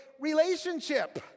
relationship